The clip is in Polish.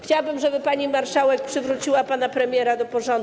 Chciałabym, żeby pani marszałek przywróciła pana premiera do porządku.